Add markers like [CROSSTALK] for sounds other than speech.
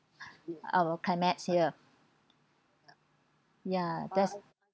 [BREATH] our climates here ya that's